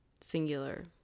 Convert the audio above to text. singular